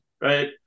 Right